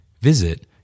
Visit